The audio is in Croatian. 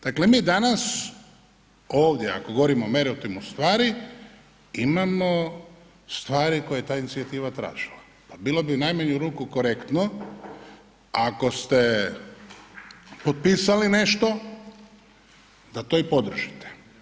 Dakle, mi danas ovdje ako govorimo o meriotimu stvari imamo stvari koje je ta inicijativa tražila pa bilo bi u najmanju ruku korektno ako ste potpisali nešto da to i podržite.